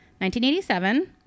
1987